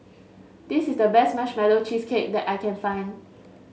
this is the best Marshmallow Cheesecake that I can find